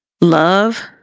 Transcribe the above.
love